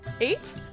Eight